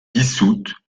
dissoute